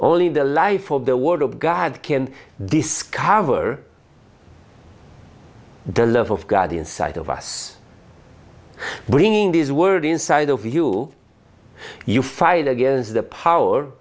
only the life or the word of god can discover the love of god inside of us bringing these word inside of you you fight against the power